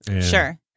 Sure